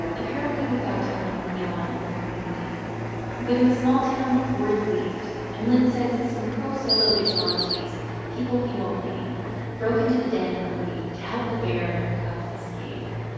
apparently, without telling anyone in the community but in the small town, word leaked. and lynn says some pro-solo vigilantes people he won't name broke into the den early to help the bear and her cubs escape.